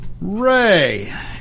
Ray